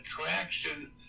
attraction